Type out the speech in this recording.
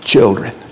children